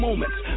Moments